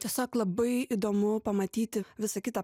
tiesiog labai įdomu pamatyti visą kitą